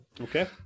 Okay